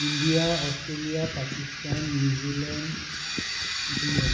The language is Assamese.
India Australia Pakistan New Zealand England